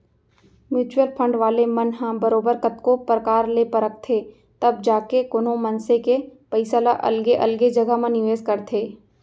mutual fund वाले मन ह बरोबर कतको परकार ले परखथें तब जाके कोनो मनसे के पइसा ल अलगे अलगे जघा म निवेस करथे